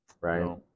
right